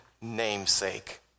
namesake